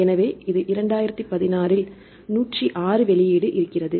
எனவே இது 2016 ல் 106 வெளியீடு இருக்கிறது